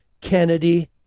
Kennedy